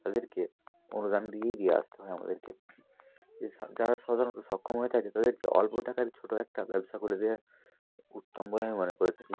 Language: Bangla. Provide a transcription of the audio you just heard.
তাদেরকে অনুদান দিয়েই দিয়ে আসতে হয় আমাদেরকে এসা যারা সাধারণত সক্ষম হয়ে থাকে তাদেরকে অল্প টাকার ছোটো একটা ব্যবসা করে দেয়া উত্তম বলে আমি মনে করে থাকি